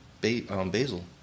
basil